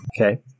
Okay